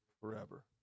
forever